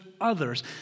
others